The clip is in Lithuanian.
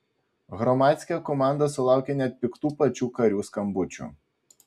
hromadske komanda sulaukė net piktų pačių karių skambučių